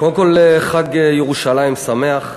קודם כול, חג ירושלים שמח.